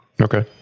Okay